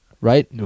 right